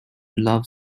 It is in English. love